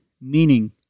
Meaning